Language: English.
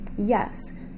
Yes